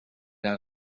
out